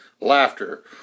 Laughter